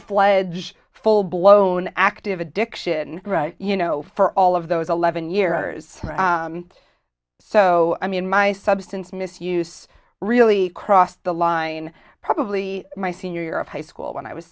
fledged full blown active addiction you know for all of those eleven years so i mean my substance misuse really crossed the line probably my senior year of high school when i was